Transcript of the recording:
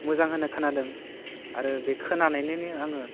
मोजां होनाय खोनादों आरो बे खोनानायनैनो आङो